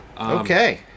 Okay